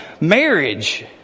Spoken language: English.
marriage